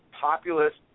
populist